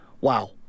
wow